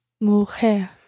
Mujer